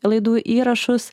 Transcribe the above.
laidų įrašus